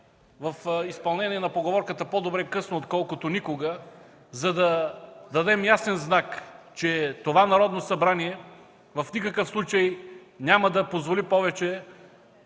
в изпълнение на поговорката „По-добре късно, отколкото никога!“, за да дадем ясен знак, че това Народно събрание в никакъв случай няма да позволи повече